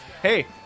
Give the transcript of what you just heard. Hey